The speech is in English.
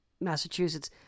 Massachusetts